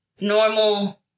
normal